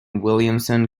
williamson